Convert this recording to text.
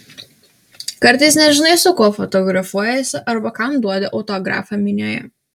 kartais nežinai su kuo fotografuojiesi arba kam duodi autografą minioje